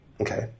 Okay